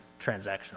transactional